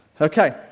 Okay